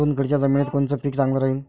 चुनखडीच्या जमिनीत कोनचं पीक चांगलं राहीन?